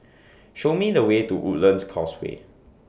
Show Me The Way to Woodlands Causeway